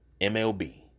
MLB